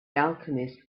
alchemist